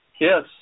Yes